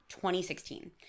2016